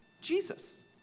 Jesus